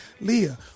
Leah